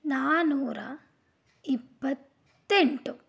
ನಾನ್ನೂರ ಇಪತ್ತೆಂಟು